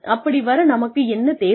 அப்படி வர நமக்கு என்ன தேவை